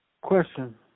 Question